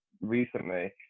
recently